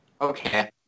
Okay